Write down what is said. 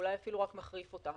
הוא אולי אפילו רק מחריף אותה.